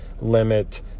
limit